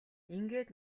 ингээд